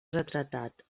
retratat